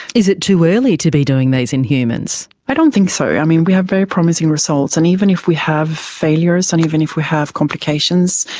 is it too early to be doing these in humans? i don't think so. i mean, we have very promising results, and even if we have failures and even if we have complications,